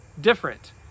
different